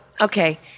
okay